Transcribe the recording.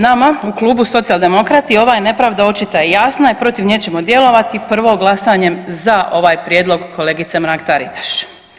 Nama u Klubu socijaldemokrati ova je nepravda očita i jasna i protiv nje ćemo djelovati prvo glasanjem za ovaj prijedlog kolegice Mrak Taritaš.